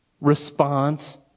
response